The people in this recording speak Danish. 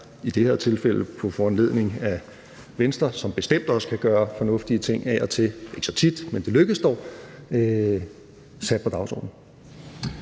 i det her tilfælde på foranledning af Venstre, som bestemt også af og til – ikke så tit, men det lykkes dog – kan få fornuftige